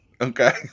Okay